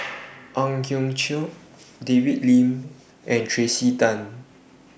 Ang Hiong Chiok David Lim and Tracey Tan